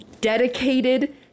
dedicated